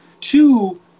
Two